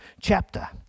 chapter